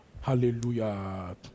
Hallelujah